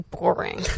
Boring